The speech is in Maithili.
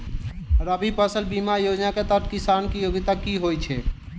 रबी फसल बीमा योजना केँ तहत किसान की योग्यता की होइ छै?